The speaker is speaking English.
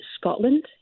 Scotland